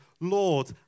Lord